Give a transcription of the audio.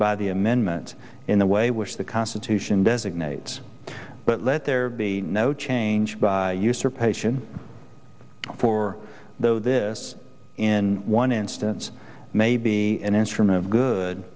by the amendment in the way which the constitution designates but let there be no change by usurpation for though this in one instance may be an instrument of good